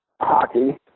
hockey